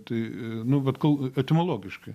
tai nu vat kol etimologiškai